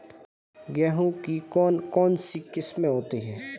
गेहूँ की कौन कौनसी किस्में होती है?